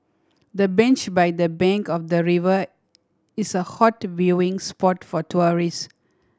the bench by the bank of the river is a hot viewing spot for tourists